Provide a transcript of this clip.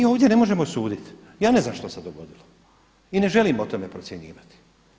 Ja, mi ovdje ne možemo suditi, ja ne znam šta se dogodilo i ne želim o tome procjenjivati.